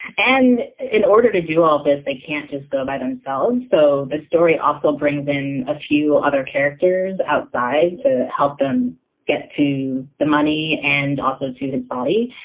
and in order to do all this, they can't just go by themselves, so. the story also brings in a few other characters outside to help them get to the money and also to his body.